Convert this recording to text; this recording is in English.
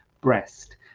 breast